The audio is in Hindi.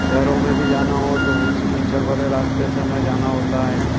शहरों में भी जाना हो तो उसी कीचड़ भरे रास्ते से हमें जाना होता है